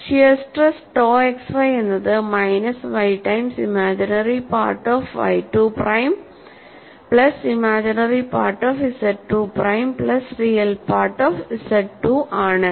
shear stress tau x y എന്നത് minus y times imaginary part of YII prime plus imaginary part of ZII prime plus real part of ZII ആണ്